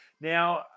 Now